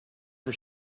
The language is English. for